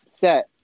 set